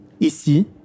Ici